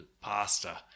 pasta